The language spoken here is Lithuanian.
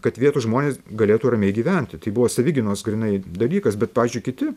kad vietos žmonės galėtų ramiai gyventi tai buvo savigynos grynai dalykas bet pavyzdžiui kiti